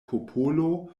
popolo